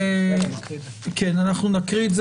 אנחנו נקריא,